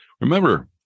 Remember